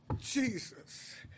Jesus